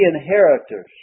inheritors